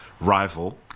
rival